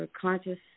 conscious